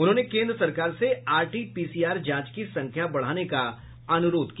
उन्होंने केंद्र सरकार से आर टी पीसीआर जांच की संख्या बढाने का अनुरोध किया